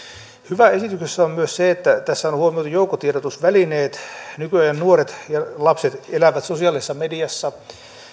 hyvää esityksessä on myös se että tässä on huomioitu joukkotiedotusvälineet nykyajan nuoret ja lapset elävät sosiaalisessa mediassa